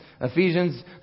Ephesians